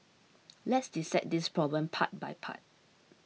let's dissect this problem part by part